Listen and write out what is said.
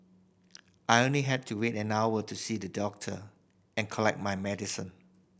I only had to wait an hour to see the doctor and collect my medicine